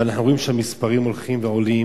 ואנחנו רואים שהמספרים הולכים ועולים.